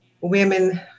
women